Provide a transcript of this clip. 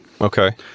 Okay